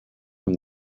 from